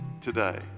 today